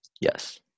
Yes